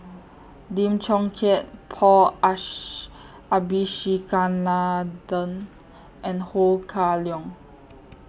Lim Chong Keat Paul Abisheganaden and Ho Kah Leong